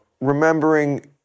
remembering